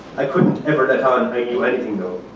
i couldn't ever let on i knew anything though.